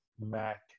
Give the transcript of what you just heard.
Mac